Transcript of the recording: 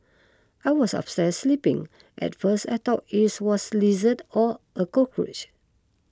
I was upstairs sleeping at first I thought is was lizard or a cockroach